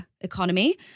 economy